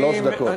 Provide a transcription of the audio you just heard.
שלוש דקות.